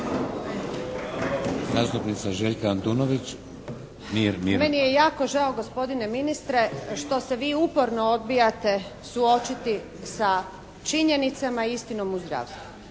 Zastupnica Željka Antunović. **Antunović, Željka (SDP)** Meni je jako žao gospodine ministre što se vi uporno odbijate suočiti sa činjenicama i istinom u zdravstvu.